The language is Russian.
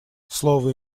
слово